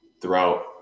throughout